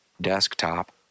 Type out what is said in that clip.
desktop